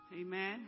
Amen